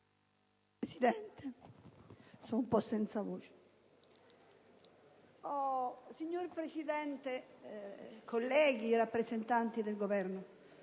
Signor Presidente, colleghi, signor rappresentante del Governo,